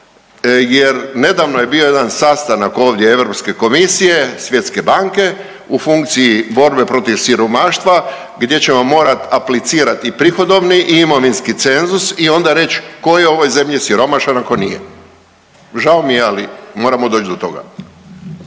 jer nedavno je bio jedan sastanak ovdje Europske komisije, Svjetske banke u funkciji borbe protiv siromaštva, gdje ćemo morati aplicirati i prihodovni i imovinski cenzus i onda reći tko je u ovoj zemlji siromašan, a tko nije. Žao mi je, ali moramo doći do toga.